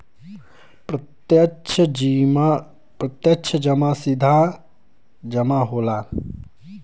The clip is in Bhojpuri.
प्रत्यक्ष जमा सीधा जमा होला